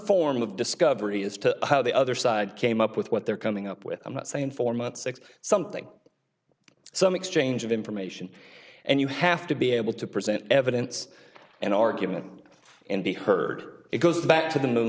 form of discovery as to how the other side came up with what they're coming up with i'm not saying four months six something some exchange of information and you have to be able to present evidence and argument and be heard it goes back to the moon